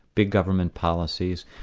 big government policies,